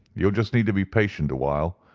you'll just need to be patient awhile,